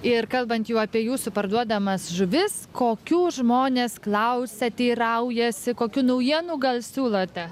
ir kalbant jau apie jūsų parduodamas žuvis kokių žmonės klausia teiraujasi kokių naujienų gal siūlote